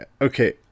okay